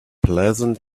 pleasant